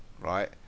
right